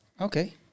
Okay